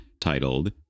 titled